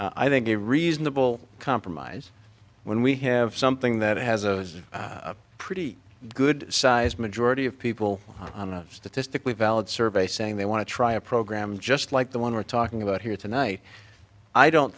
i think a reasonable compromise when we have something that has a pretty good sized majority of people on a statistically valid survey saying they want to try a program just like the one we're talking about here tonight i don't